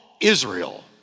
Israel